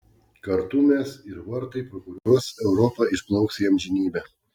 kartu mes ir vartai pro kuriuos europa išplauks į amžinybę